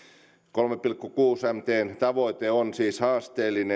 kolme pilkku kuusi mtn tavoite on siis haasteellinen ja